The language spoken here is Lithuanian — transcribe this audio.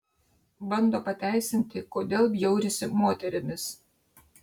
bando pateisinti kodėl bjaurisi moterimis